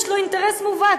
יש לו אינטרס מובהק,